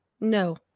no